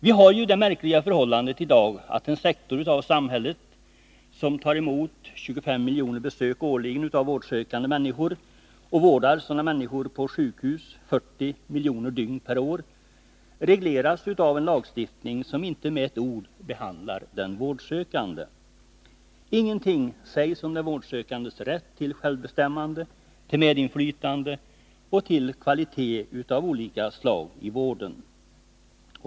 Vi har det märkliga förhållandet i dag att en sektor av samhället som tar emot 25 miljoner besök årligen av vårdsökande människor och vårdar sådana människor på sjukhus 40 miljoner dygn per år regleras av en lagstiftning som inte med ett ord behandlar den vårdsökande. Ingenting sägs om den vårdsökandes rätt till självbestämmande, medinflytande och kvalitet av olika slag i vården.